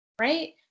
right